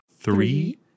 Three